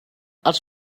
els